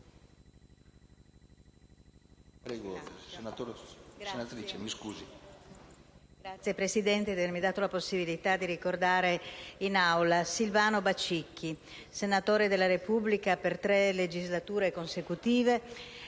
ringrazio per avermi dato la possibilità di ricordare in Aula Silvano Bacicchi, senatore della Repubblica per tre legislature consecutive